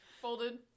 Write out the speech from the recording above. folded